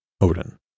Odin